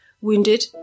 Wounded